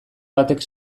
batek